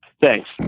thanks